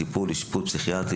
טיפול או אשפוז פסיכיאטריים,